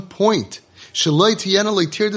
point